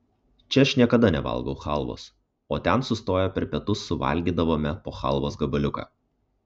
čia aš niekada nevalgau chalvos o ten sustoję per pietus suvalgydavome po chalvos gabaliuką